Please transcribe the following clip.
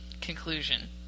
conclusion